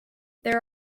there